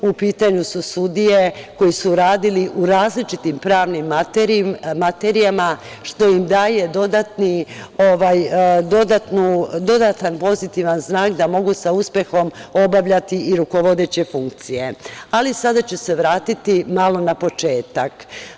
U pitanju su sudije koje su radile u različitim pravnim materijama, što im daje dodatan pozitivan znak da mogu sa uspehom obavljati i rukovodeće funkcije, ali sada ću se vratiti malo na početak.